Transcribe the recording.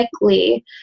likely